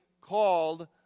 called